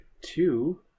two